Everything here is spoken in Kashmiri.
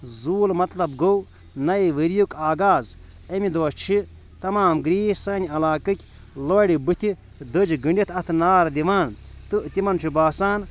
زوٗل مطلب گوٚو نَیہِ ؤریُک آغاز اَمہِ دۄہ چھِ تمام گریٖس سانہِ علاقٕکۍ لورِ بٕتھِ دٔج گٔنٛڈِتھ اَتھ نار دِوان تہٕ تِمَن چھُ باسان